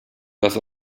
dass